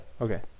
okay